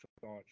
thoughts